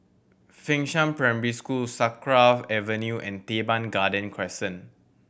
Fengshan Primary School Sakra Avenue and Teban Garden Crescent